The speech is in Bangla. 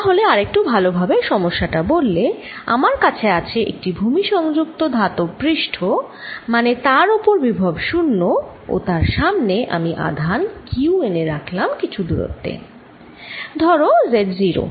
তাহলে আর একটু ভাল ভাবে সমস্যা টা বললে আমার কাছে আছে একটি ভূমি সংযুক্ত ধাতব পৃষ্ঠ মানে তার ওপর বিভব 0 ও তার সামনে আমি আধান q এনে রাখলাম কিছু দূরত্বে ধরো Z0